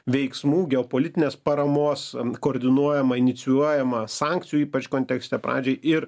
veiksmų geopolitinės paramos koordinuojama inicijuojama sankcijų ypač kontekste pradžiai ir